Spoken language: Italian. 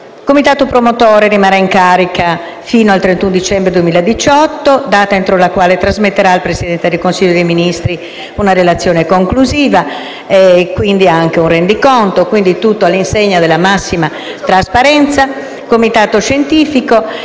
Comitato promotore rimane in carica fino al 31 dicembre 2018, data entro la quale trasmette al Presidente del Consiglio dei ministri una relazione conclusiva nonché il rendiconto, quindi tutto all'insegna della massima trasparenza. È prevista